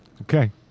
Okay